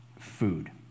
food